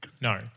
No